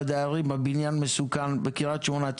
לדיירים בבניין בקרית שמונה: הבניין מסוכן,